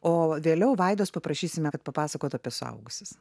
o vėliau vaidos paprašysime kad papasakotų apie suaugusius